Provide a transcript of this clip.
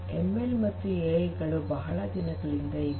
ML ಮತ್ತು AI ಬಹಳ ದಿನಗಳಿಂದ ಇವೆ